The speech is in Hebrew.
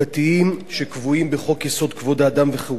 שקבועים בחוק-יסוד: כבוד האדם וחירותו,